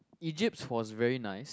Egypt was very nice